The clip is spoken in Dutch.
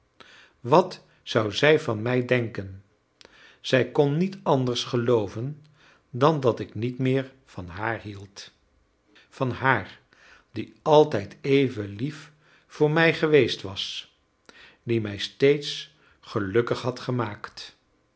wat zou zij van mij denken zij kon niet anders gelooven dan dat ik niet meer van haar hield van haar die altijd even lief voor mij geweest was die mij steeds gelukkig had gemaakt